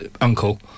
uncle